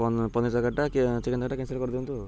ପନିର୍ ରକାରୀଟା କେ ଚିକେନ୍ ତରକାରୀଟା କ୍ୟାନସଲ୍ କରିଦଅନ୍ତୁ